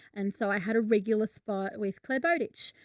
and so i had a regular spot with claire bowditch,